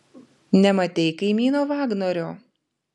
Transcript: nematei kaimyno vagnorio